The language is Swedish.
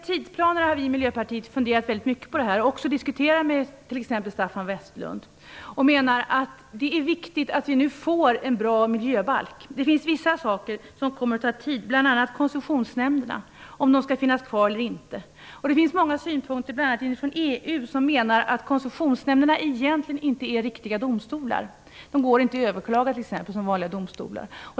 Tidsplanen har vi i Miljöpartiet funderat mycket över och även diskuterat med t.ex. Staffan Westerlund. Vi menar att det är viktigt att vi nu får en bra miljöbalk. Vissa saker kommer att ta tid, bl.a. avgörandet av om koncessionsnämnderna skall finnas kvar eller inte. Det finns många, bl.a. inom EU, som menar att koncessionsnämnderna inte är riktiga domstolar. Deras beslut går t.ex. inte att överklaga, som vanliga domstolars.